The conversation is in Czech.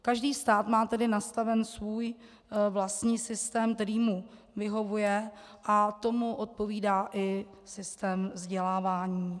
Každý stát má tedy nastaven svůj vlastní systém, který mu vyhovuje, a tomu odpovídá i systém vzdělávání.